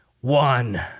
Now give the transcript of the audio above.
One